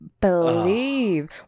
believe